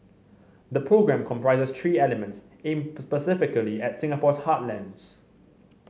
the programme comprises three elements aimed specifically at Singapore's heartlands